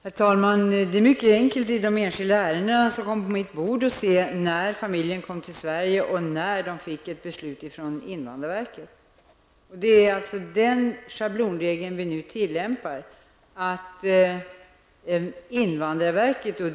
Herr talman! Det är mycket enkelt i de enskilda ärenden som kommer på mitt bord att se när familjen kom till Sverige och när den fick besked från invandrarverket. Det är alltså den schablonregeln vi nu tillämpar, att tidpunkten för invandrarverkets beslut gäller.